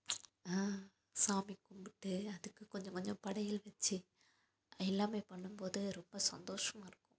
சாமி கும்பிட்டு அதுக்கு கொஞ்சம் கொஞ்சம் படையல் வச்சு எல்லாமே பண்ணும்போது ரொம்ப சந்தோஷமாக இருக்கும்